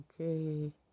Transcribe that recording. Okay